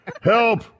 Help